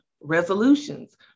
resolutions